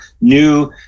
new